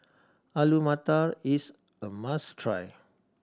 Alu Matar is a must try